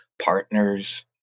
partners